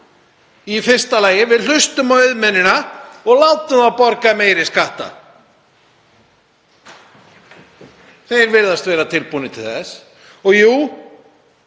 í fyrsta lagi: Við hlustum á auðmennina og látum þá borga meiri skatta. Þeir virðast vera tilbúnir til þess. Og jú,